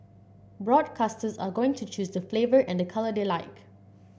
broadcasters are going to choose the flavour and colour they like